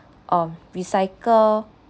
of recycle